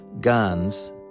guns